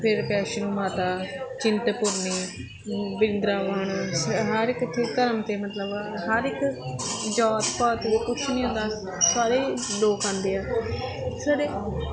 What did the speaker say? ਫਿਰ ਵੈਸ਼ਨੋ ਮਾਤਾ ਚਿੰਤਪੁਰਨੀ ਬਰਿੰਦਾਵਨ ਹਰ ਇੱਕ ਇੱਕ ਧਰਮ ਦੇ ਮਤਲਬ ਹਰ ਇੱਕ ਜਾਤ ਪਾਤ ਜਾਂ ਕੁਛ ਵੀ ਹੁੰਦਾ ਸਾਰੇ ਲੋਕ ਆਉਂਦੇ ਆ ਸਾਡੇ